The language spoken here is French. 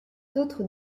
d’autres